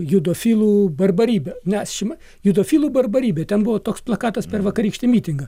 judofilų barbarybę nes šima judofilų barbarybę ten buvo toks plakatas per vakarykštį mitingą